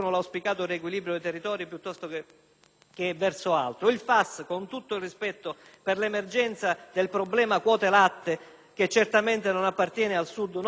Il FAS, con tutto il rispetto per l'emergenza del problema delle quote latte (che certamente non appartiene al Sud), non può essere utilizzato per queste finalità,